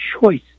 choice